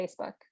facebook